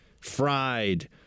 fried